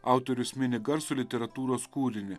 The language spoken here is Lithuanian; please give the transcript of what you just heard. autorius mini garsų literatūros kūrinį